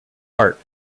heart